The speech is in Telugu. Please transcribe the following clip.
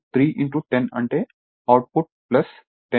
ఇది 3 10 అంటే అవుట్పుట్ 10 5 18 5